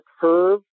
curve